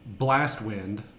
Blastwind